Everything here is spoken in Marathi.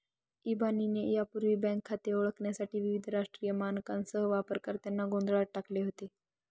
इबानीने यापूर्वी बँक खाते ओळखण्यासाठी विविध राष्ट्रीय मानकांसह वापरकर्त्यांना गोंधळात टाकले होते